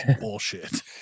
bullshit